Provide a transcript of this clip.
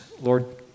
Lord